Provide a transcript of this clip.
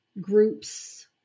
groups